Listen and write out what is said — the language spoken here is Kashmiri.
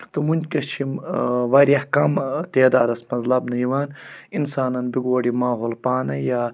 تہٕ وُنٛکیٚس چھِ یِم ٲں واریاہ کَم ٲں تعدادَس منٛز لَبنہٕ یِوان اِنسانَن بِگوڑ یہِ ماحول پانٔے یا